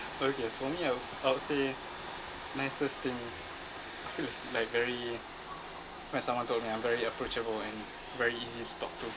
okay as for me I would I would say nicest thing feels like very when someone told me I'm very approachable and very easy to talk to